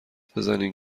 بزنین